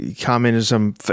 communism